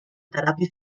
teràpia